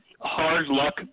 hard-luck